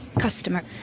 customer